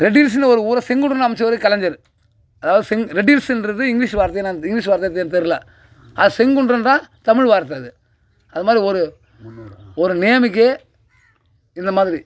ரெடில்ஸுன்னு ஒரு ஊரை செங்குன்றுன்னு அமைச்சவர் கலைஞர் அதாவது செங் ரெடில்ஸுன்றது இங்கிலிஷ் வார்த்தையா என்னெனானு இங்கிலிஷ் வார்த்தையா தெரில அது செங்குன்றுன்றா தமிழ் வார்த்தை அது அது மாதிரி ஒரு ஒரு நேமுக்கே இந்த மாதிரி